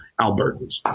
Albertans